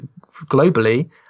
globally